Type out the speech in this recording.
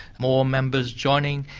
more members joining.